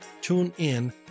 TuneIn